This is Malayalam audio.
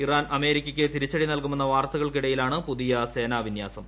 ഇറാൻ അമേരിക്കയ്ക്ക് തിരിച്ചടി നൽകുമെന്ന വാർത്തകൾക്കിടെയാണ് പുതിയ സേനാ വിന്യാസം